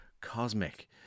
Cosmic